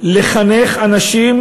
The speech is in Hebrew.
לחנך אנשים